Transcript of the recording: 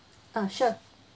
uh sure